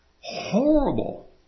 Horrible